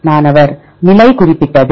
மாணவர் நிலை குறிப்பிட்டது